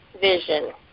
vision